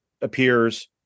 appears